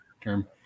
term